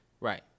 Right